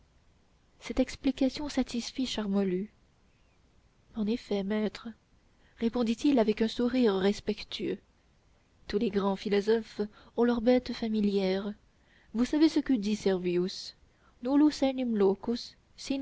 cette explication satisfit charmolue en effet maître répondit-il avec un sourire respectueux tous les grands philosophes ont eu leur bête familière vous savez ce que dit servius